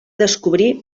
descobrir